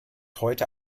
heute